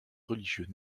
religieux